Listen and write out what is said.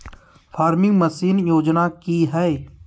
Farming machine योजना कि हैय?